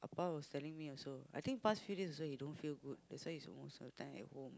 Appa was telling me also I think past few days also he don't feel good that's why he is most of the time at home